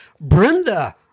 brenda